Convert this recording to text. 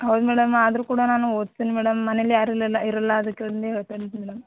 ಹೌದು ಮೇಡಮ್ ಆದರು ಕೂಡ ನಾನು ಓದಿಸ್ತಿನಿ ಮೇಡಮ್ ಮನೆಯಲ್ಲಿ ಯಾರು ಇಲ್ಲಲ್ಲ ಇರೋಲ್ಲ ಅದಕ್ಕೆ ಮೇಡಮ್